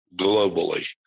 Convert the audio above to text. globally